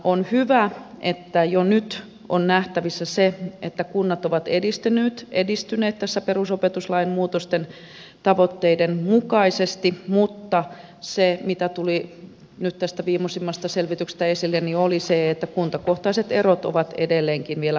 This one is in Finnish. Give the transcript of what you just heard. on hyvä että jo nyt on nähtävissä se että kunnat ovat edistyneet tässä perusopetuslain muutosten tavoitteiden mukaisesti mutta se mitä tuli nyt tästä viimeisimmästä selvityksestä esille oli se että kuntakohtaiset erot ovat edelleenkin vielä huomattavia